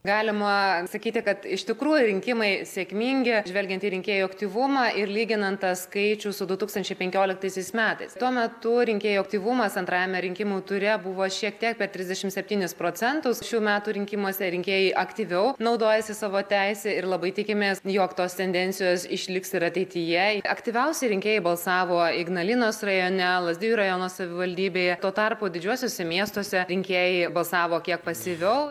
galima sakyti kad iš tikrųjų rinkimai sėkmingi žvelgiant į rinkėjų aktyvumą ir lyginant tą skaičių su du tūkstančiai penkioliktaisiais metais tuo metu rinkėjų aktyvumas antrajame rinkimų ture buvo šiek tiek per trisdešimt septynis procentus šių metų rinkimuose rinkėjai aktyviau naudojasi savo teise ir labai tikimės jog tos tendencijos išliks ir ateityje aktyviausi rinkėjai balsavo ignalinos rajone lazdijų rajono savivaldybėje tuo tarpu didžiuosiuose miestuose rinkėjai balsavo kiek pasyviau